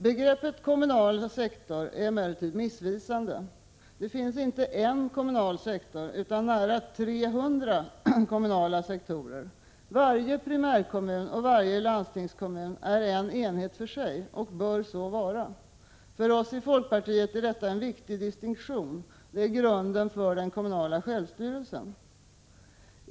Begreppet den kommunala sektorn är emellertid missvisande. Det finns inte en kommunal sektor utan nära 300 kommunala sektorer. Varje primärkommun och varje landstingskommun är en enhet var för sig och bör så vara. För oss i folkpartiet är detta en viktig distinktion. Det är grunden för den kommunala självstyrelsen.